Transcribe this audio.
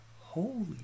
holy